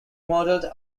modeled